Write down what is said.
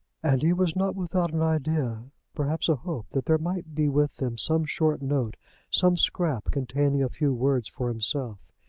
and he was not without an idea perhaps a hope that there might be with them some short note some scrap containing a few words for himself.